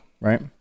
right